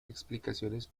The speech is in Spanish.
explicaciones